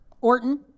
Orton